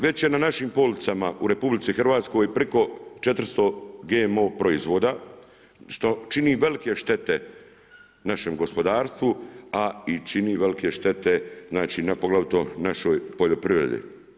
Već je na našim policama u RH, preko 400 GMO proizvoda, što čini velike štete našem gospodarstvu, a i čini velike štete na poglavito našoj poljoprivredi.